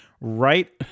right